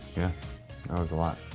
yeah, that was a lot.